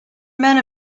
men